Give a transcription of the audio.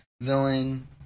villain